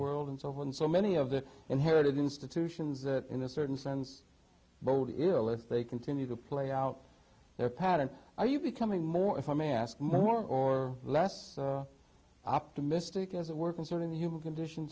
world and so on so many of the inherited institutions that in a certain sense bodes ill if they continue to play out their patterns are you becoming more if i may ask more or less optimistic as it were concerning the human condition